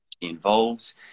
involves